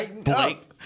Blake